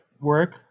work